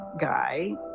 guy